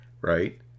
right